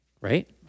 Right